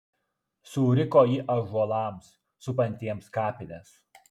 suriko ji ąžuolams supantiems kapines